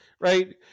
right